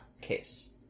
case